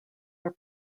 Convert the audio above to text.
are